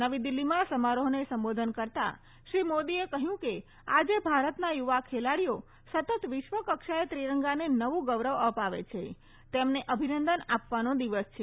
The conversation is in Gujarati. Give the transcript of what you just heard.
નવી દિલ્હીમાં સમારોહને સંબોધન ર કરતાં શ્રી મોદીએ કહ્યું કે આજે ભારતના યુવા ખેલાડીઓ સતત વિશ્વકક્ષાએ ત્રિરંગાને નવું ગૌરવ અપાવે છે તેમને અભિનંદન આપવાનો દિવસ છે